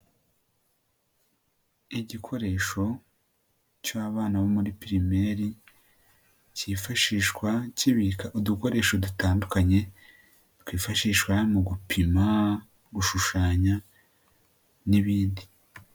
Igikoresho cy'abana bo muri primaire, cyifashishwa kibika udukoresho dutandukanye, twifashishwa mu gupima ,gushushanya n'ibindi.